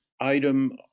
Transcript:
item